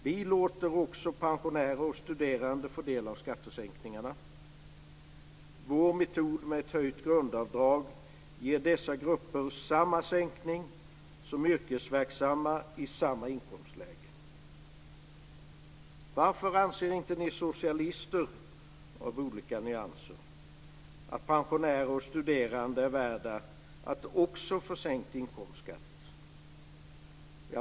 Vi låter också pensionärer och studerande få del av skattesänkningarna. Vår metod med ett höjt grundavdrag ger dessa grupper samma sänkning som yrkesverksamma i samma inkomstläge. Varför anser inte ni socialister av olika nyanser att också pensionärer och studerande är värda att få sänkt inkomstskatt?